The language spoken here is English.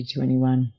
2021